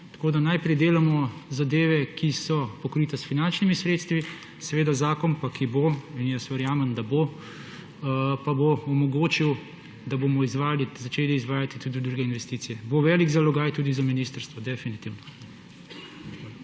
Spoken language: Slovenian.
ocenili. Najprej delamo zadeve, ki so pokrite s finančnimi sredstvi. Zakon, ki pa bo, in jaz verjamem, da bo, bo omogočil, da bomo začeli izvajati tudi druge investicije. Bo velik zalogaj tudi za ministrstvo definitivno.